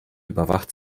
überwacht